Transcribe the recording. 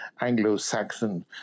Anglo-Saxon